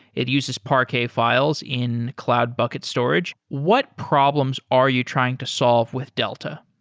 it uses parquet files in cloud bucket storage. what problems are you trying to solve with delta?